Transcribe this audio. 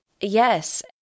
Yes